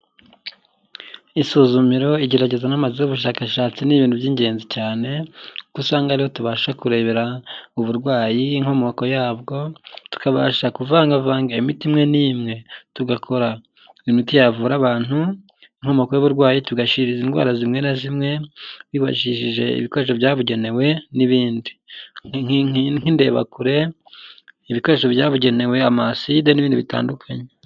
Isuzumiro, igerageza n'amazu y'ubushakashatsi ni ibintu by'ingenzi cyane, kuko usanga ariho tubasha kurebera uburwayi, inkomoko yabwo, tukabasha kuvangavanga imiti imwe n'imwe, tugakora imiti yavura abantu, inkomoko y'uburwayi, tugashiriza indwara zimwe na zimwe, twifashishije ibikoresho byabugenewe, n'ibindi nk'indebakure, ibikoresho byabugenewe amaside n'ibindi bitandukanye.